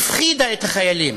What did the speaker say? הפחידה את החיילים.